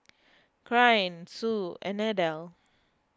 Caryn Sue and Adell